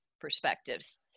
perspectives